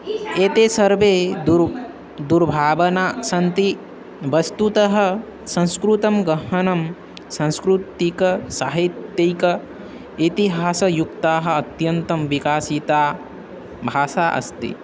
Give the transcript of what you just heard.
एताः सर्वाः दुर् दुर्भावनाः सन्ति वस्तुतः संस्कृतं गहनं सांस्कृतिकं साहित्यिकम् इतिहासयुक्ता अत्यन्तं विकसिता भाषा अस्ति